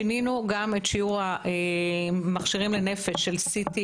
שינינו גם את שיעור המכשירים לנפש של CT,